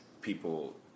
people